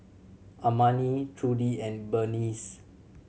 Armani Trudi and Berneice